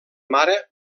mare